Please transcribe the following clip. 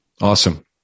Awesome